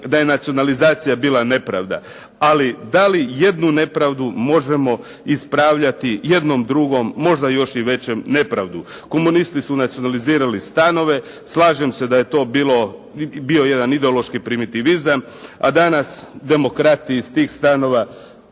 da je nacionalizacija bila nepravda, ali da li jednu nepravdu možemo ispravljati jednom drugom možda još i većom nepravdom. Komunisti su nacionalizirali stanove, slažem se da je to bio jedan ideološki primitivizam, a danas demokrati iz tih stanova